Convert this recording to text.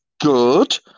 Good